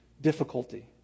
difficulty